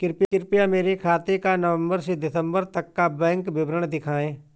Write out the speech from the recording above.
कृपया मेरे खाते का नवम्बर से दिसम्बर तक का बैंक विवरण दिखाएं?